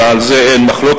וגם על זה אין מחלוקת,